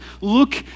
Look